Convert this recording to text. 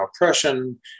oppression